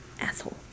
asshole